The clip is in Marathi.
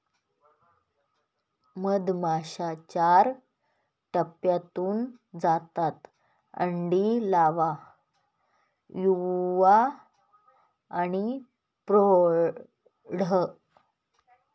मधमाश्या चार टप्प्यांतून जातात अंडी, लावा, युवा आणि प्रौढ